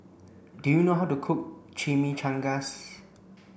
do you know how to cook Chimichangas